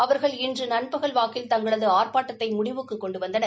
அவர்கள் இன்று நண்பகல் வாக்கில் தங்களது ஆர்ப்பாட்டத்தை முடிவுக் கொண்டு வந்தனர்